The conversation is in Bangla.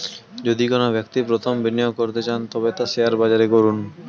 যদি কোনো ব্যক্তি প্রথম বিনিয়োগ করতে চান তবে তা শেয়ার বাজারে করুন